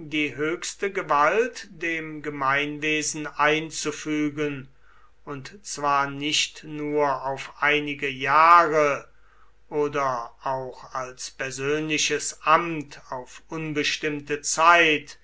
die höchste gewalt dem gemeinwesen einzufügen und zwar nicht nur auf einige jahre oder auch als persönliches amt auf unbestimmte zeit